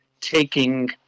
taking